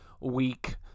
week